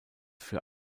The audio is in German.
für